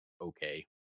okay